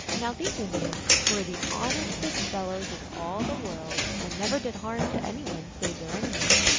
now these indians, who were the honestest fellows in all the world, and never did harm to any one save their enemies,